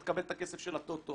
אתה תקבל את הכסף של הטוטו,